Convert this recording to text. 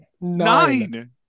nine